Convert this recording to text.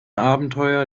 abenteurer